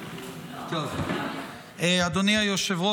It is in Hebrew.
היום,